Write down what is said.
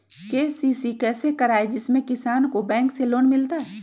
KCC कैसे कराये जिसमे किसान को बैंक से लोन मिलता है?